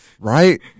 Right